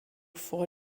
vor